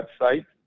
website